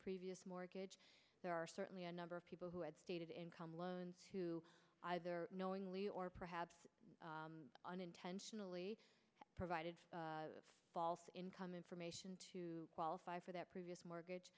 previous mortgage there are certainly a number of people who had stated income loans who either knowingly or perhaps unintentionally provided false income information to qualify for that previous mortgage